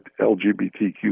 LGBTQ